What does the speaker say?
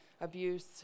Abuse